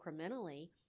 incrementally